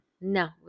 No